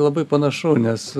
labai panašu nes